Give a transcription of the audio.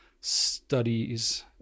studies